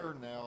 now